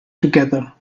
together